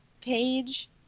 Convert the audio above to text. page